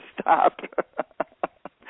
stop